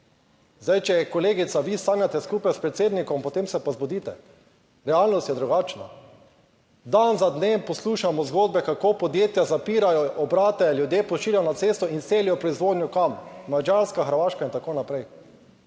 Zdaj, če je kolegica, vi sanjate skupaj s predsednikom, potem se pa zbudite. Realnost je drugačna. Dan za dnem poslušamo zgodbe, kako podjetja zapirajo obrate, ljudje pošiljajo na cesto in selijo proizvodnjo kam? Madžarska, Hrvaška in tako naprej.